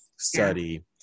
study